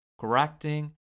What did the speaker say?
correcting